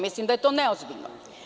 Mislim da je to neozbiljno.